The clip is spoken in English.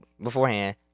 beforehand